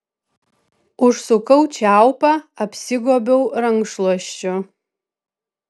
užsukau čiaupą apsigobiau rankšluosčiu